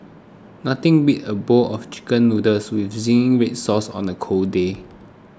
nothing beats a bowl of Chicken Noodles with Zingy Red Sauce on a cold day